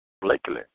Blakely